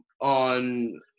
on